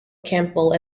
campbell